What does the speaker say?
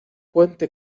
puente